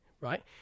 right